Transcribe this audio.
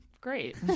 Great